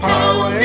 Power